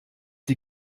die